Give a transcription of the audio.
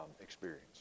experience